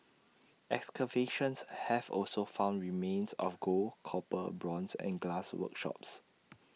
excavations have also found remains of gold copper bronze and glass workshops